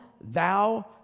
thou